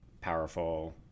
powerful